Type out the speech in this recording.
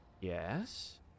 Yes